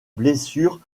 blessures